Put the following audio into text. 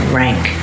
rank